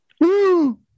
Woo